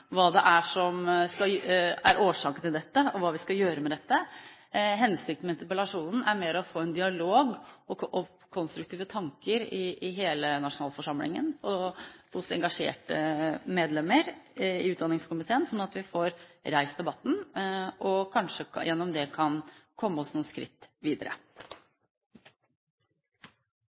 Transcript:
hva det er som er årsaken til dette, og hva vi skal gjøre med dette. Hensikten med interpellasjonen er å få en dialog og få fram konstruktive tanker i hele nasjonalforsamlingen og hos engasjerte medlemmer i utdanningskomiteen, sånn at vi får reist debatten. Kanskje kan vi gjennom det komme oss noen skritt videre.